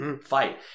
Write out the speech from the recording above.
fight